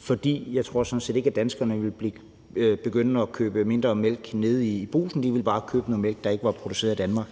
For jeg tror sådan set ikke, at danskerne ville begynde at købe mindre mælk nede i brugsen; de ville bare købe noget mælk, der ikke var produceret i Danmark.